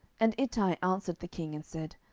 and ittai answered the king, and said,